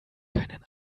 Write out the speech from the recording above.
keinen